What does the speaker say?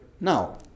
Now